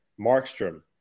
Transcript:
Markstrom